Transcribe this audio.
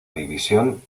división